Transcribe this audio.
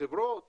החברות